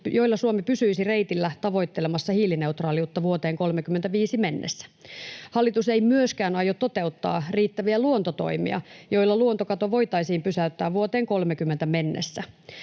joilla Suomi pysyisi reitillä tavoittelemassa hiilineutraaliutta vuoteen 35 mennessä. Hallitus ei myöskään aio toteuttaa riittäviä luontotoimia, joilla luontokato voitaisiin pysäyttää vuoteen 30 mennessä.